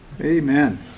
Amen